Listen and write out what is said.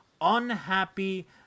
unhappy